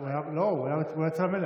לא, הוא היה אצל המלך.